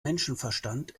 menschenverstand